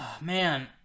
man